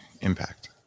impact